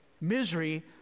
misery